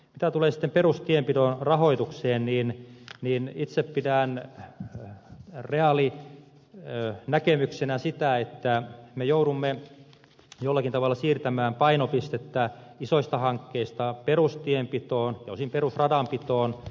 mitä tulee sitten perustienpidon rahoitukseen itse pidän reaalinäkemyksenä sitä että me joudumme jollakin tavalla siirtämään painopistettä isoista hankkeista perustienpitoon ja osin perusradanpitoon